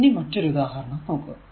ഇനി മറ്റൊരു ഉദാഹരണം നോക്കാം